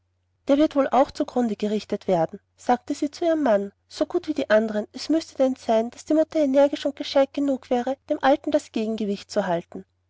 der wird wohl auch zu grunde gerichtet werden sagte sie zu ihrem manne so gut wie die andern es müßte denn sein daß die mutter energisch und gescheit genug wäre dem alten das gegengewicht zu halten